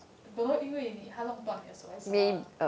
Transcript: but don't know 因为他弄断你的手 or 什么 lah